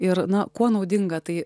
ir na kuo naudinga tai